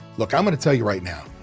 look, i'm going to tell you right now,